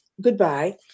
goodbye